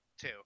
Two